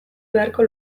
beharko